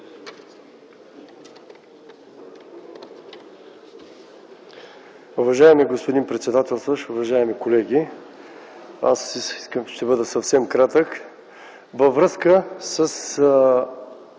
Във връзка с